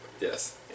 Yes